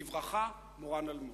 בברכה, מורן אלמוג".